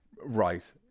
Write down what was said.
right